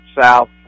south